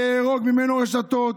אארוג ממנו רשתות,